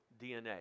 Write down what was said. DNA